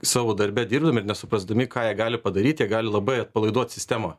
savo darbe dirbdami ir nesuprasdami ką jie gali padaryt jie gali labai atpalaiduot sistemą